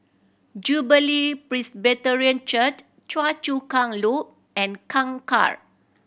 Jubilee Presbyterian Church Choa Chu Kang Loop and Kangkar